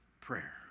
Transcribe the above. prayer